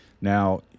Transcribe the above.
Now